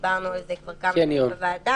שדיברנו על זה כבר כמה פעמים בוועדה,